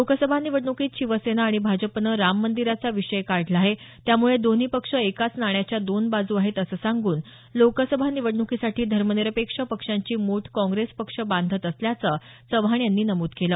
लोकसभा निवडणुकीत शिवसेना आणि भाजपानं राम मंदिराचा विषय काढला आहे त्यामुळे हे दोन्ही पक्ष एकाच नाण्याच्या दोन बाजू आहेत असं सांगून लोकसभा निवडण्कीसाठी धर्मनिरपेक्ष पक्षांची मोट काँग्रेस पक्ष बांधत असल्याचं चव्हाण यांनी नमूद केलं